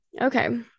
Okay